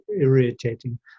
irritating